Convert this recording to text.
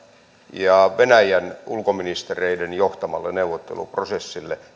ja venäjän ulkoministereiden johtamalle neuvotteluprosessille